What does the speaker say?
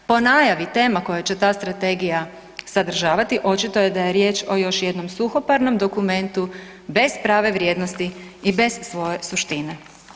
Po najavi tema koje će ta strategija sadržavati, očito je da je riječ o još jednom suhoparnom dokumentu bez prave vrijednosti i bez svoje suštine.